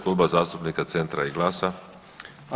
Kluba zastupnika Centra i GLAS-a.